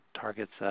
targets